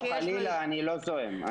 חלילה, אני לא זועם.